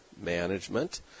management